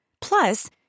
Plus